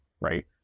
right